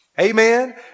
Amen